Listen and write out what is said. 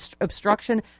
obstruction